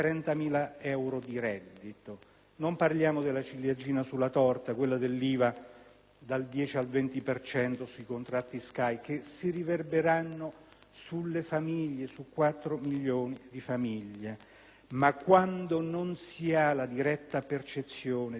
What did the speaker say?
Non parliamo poi della ciliegina sulla torta, quella dell'IVA dal 10 al 20 per cento sui contratti di SKY, che si riverbererà su 4 milioni di famiglie. Ma quando non si ha la diretta percezione di una crisi che viene da lontano,